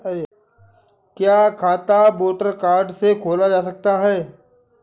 क्या खाता voter card से खोला जा सकता है?